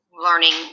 learning